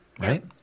right